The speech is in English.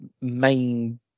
main